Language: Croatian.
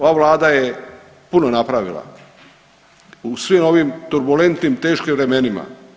Ova vlada je puno napravila u svim ovim turbulentnim teškim vremenima.